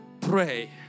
pray